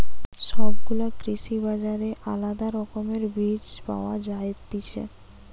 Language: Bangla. সব গুলা কৃষি বাজারে আলদা রকমের বীজ পায়া যায়তিছে